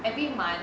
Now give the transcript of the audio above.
every month